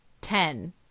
ten